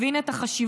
הבין את החשיבות,